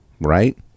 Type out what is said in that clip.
right